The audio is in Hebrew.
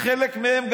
וחלק מהם,